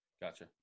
Gotcha